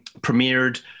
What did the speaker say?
premiered